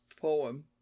poem